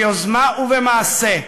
ביוזמה ובמעשה,